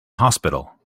hospital